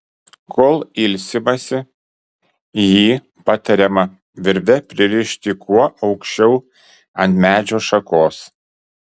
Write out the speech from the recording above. kol ilsimasi jį patariama virve pririšti kuo aukščiau ant medžio šakos